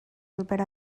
volver